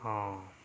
ହଁ